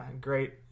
Great